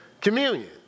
communion